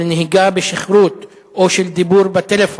של נהיגה בשכרות או של דיבור בטלפון.